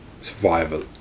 survival